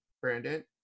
Brandon